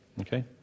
Okay